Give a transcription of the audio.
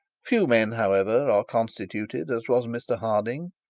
few men, however, are constituted as was mr harding.